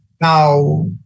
Now